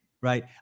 right